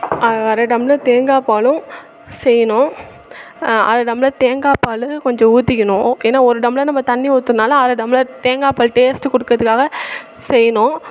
அரை டம்ளர் தேங்காய்ப்பாலும் செய்யணும் அரை டம்ளர் தேங்காய் பால் கொஞ்சம் ஊற்றிக்கணும் ஏன்னா ஒரு டம்ளர் நம்ம தண்ணி ஊத்துனதனால அரை டம்ளர் தேங்காய் பால் டேஸ்ட்டு கொடுக்கறதுக்காக செய்யணும்